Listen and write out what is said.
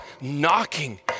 knocking